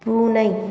பூனை